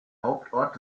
hauptort